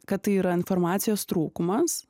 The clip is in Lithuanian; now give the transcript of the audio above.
kad tai yra informacijos trūkumas